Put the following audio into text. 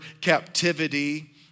captivity